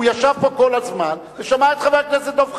הוא ישב פה כל הזמן ושמע את חבר הכנסת דב חנין.